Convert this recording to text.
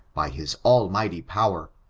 by his almighty power,